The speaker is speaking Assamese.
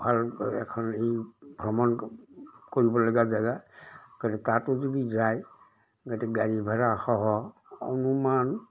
ভাল এখন এই ভ্ৰমণ কৰিবলগা জেগা গতিকে তাতো যদি যায় গতিকে গাড়ী ভাড়াসহ অনুমান